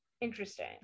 Interesting